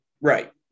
Right